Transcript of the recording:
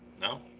no